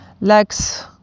legs